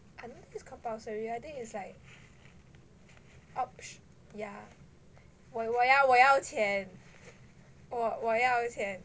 I don't think it's compulsory I think it's like optio~ yeah 我我要我要钱我我要要钱